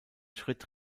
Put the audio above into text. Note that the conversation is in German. schritt